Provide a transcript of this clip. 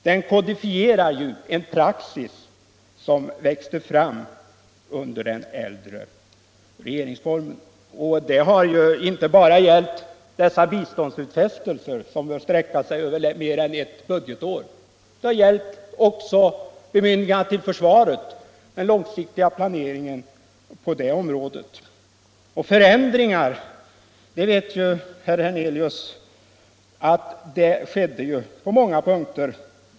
Den kodifierar en praxis som växte fram medan den äldre regeringsformen ännu var i kraft. Detta är något som inte bara gällt för biståndsutfästelser som sträcker sig över längre tid än ett budgetår. Det har också varit fallet med bemyndigande i vad gäller den långsiktiga planeringen inom försvaret. Herr Hernelius vet att det skedde förändringar på många punkter.